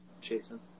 Jason